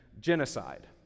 genocide